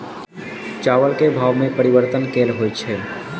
चावल केँ भाव मे परिवर्तन केल होइ छै?